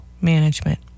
management